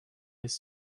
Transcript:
his